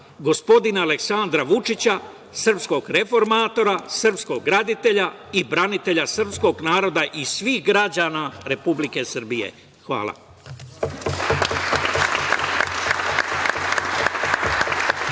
gospodina Aleksandra Vučića, srpskog reformatora, srpskog graditelja i branitelja srpskog naroda i svih građana Republike Srbije. Hvala.